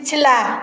पिछला